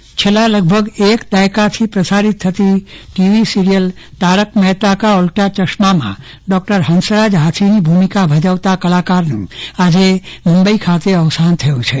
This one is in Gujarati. અવસાન છેલ્લા લગભગ એક દાયકાથી પ્રસારીત થતી ટીવી સિરીયલ તારક મહેતા કા ઉલ્ટા ચશ્મામાં ડોકટર હંસરાજહાથીની ભૂમિકા ભજવતા કલાકારનું આજે મુંબઈ ખાતે અવસાન થયું છે